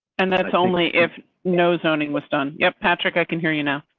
and that's only if no zoning was done. yeah, patrick, i can hear you now.